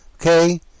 okay